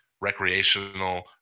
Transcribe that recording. recreational